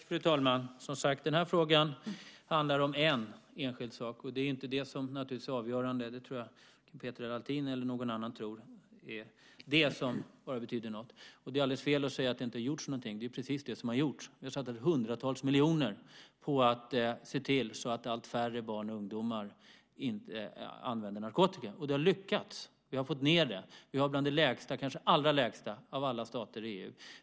Fru talman! Den här frågan handlar om en enskild sak. Det är inte den som är avgörande. Jag tror inte att vare sig Peter Althin eller någon annan tror att det bara är den som betyder något. Det är alldeles fel att säga att det inte har gjorts någonting. Vi har satsat hundratals miljoner för att se till att allt färre barn och ungdomar använder narkotika. Och det har lyckats. Vi har fått ned narkotikabruket. Vi har bland de lägsta, kanske de allra lägsta siffrorna av alla stater i EU.